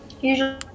usually